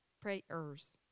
prayers